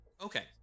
Okay